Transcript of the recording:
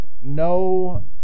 no